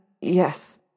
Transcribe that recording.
Yes